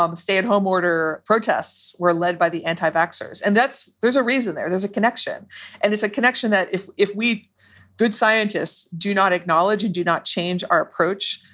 um stay at home order protests were led by the anti vaccines. and that's there's a reason there there's a connection and it's a connection that if if we good scientists do not acknowledge and do not change our approach,